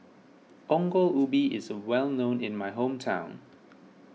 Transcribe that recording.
Ongol Ubi is well known in my hometown